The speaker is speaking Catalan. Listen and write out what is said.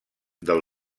del